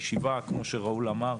הישיבה כמו שראול אמר,